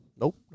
Nope